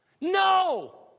No